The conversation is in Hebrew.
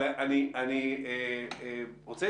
אני חושב שאפשר,